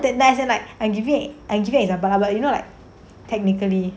but as in like I give you I give you an example but you know like technically